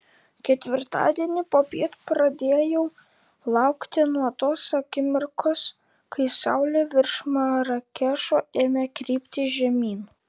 ketvirtadienį popiet pradėjau laukti nuo tos akimirkos kai saulė virš marakešo ėmė krypti žemyn